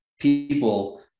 people